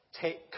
take